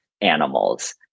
animals